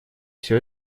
все